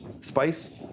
spice